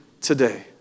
today